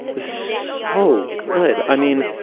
so good. i mean,